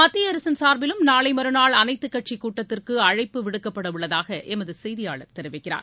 மத்திய அரசின் சார்பிலும் நாளை மறநாள் அனைத்துக் கட்சிக் கூட்டத்திற்கு அழைப்பு விடுக்கப்படவுள்ளதாக எமது செய்தியாளர் தெரிவிக்கிறார்